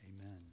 amen